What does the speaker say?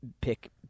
pick